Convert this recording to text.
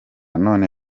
none